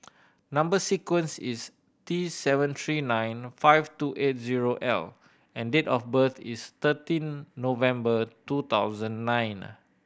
number sequence is T seven three nine five two eight zero L and date of birth is thirteen November two thousand nine